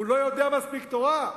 הוא לא יודע מספיק תורה?